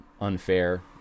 unfair